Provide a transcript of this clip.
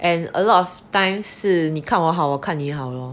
and a lot of times 是你看我好我看你好 lor